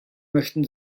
möchten